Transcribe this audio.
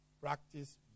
practice